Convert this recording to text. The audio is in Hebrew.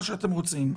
מה שאתם רוצים.